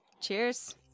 Cheers